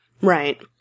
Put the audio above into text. Right